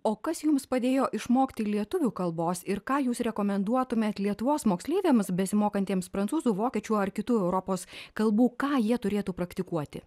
o kas jums padėjo išmokti lietuvių kalbos ir ką jūs rekomenduotumėt lietuvos moksleiviams besimokantiems prancūzų vokiečių ar kitų europos kalbų ką jie turėtų praktikuoti